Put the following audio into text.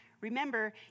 Remember